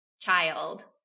child